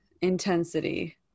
intensity